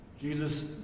Jesus